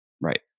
Right